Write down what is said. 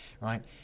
right